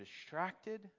distracted